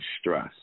stress